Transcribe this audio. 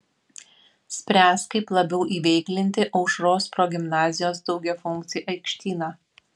spręs kaip labiau įveiklinti aušros progimnazijos daugiafunkcį aikštyną